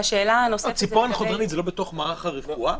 ציפורן חודרנית זה לא בתוך מערך הרפואה?